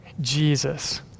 Jesus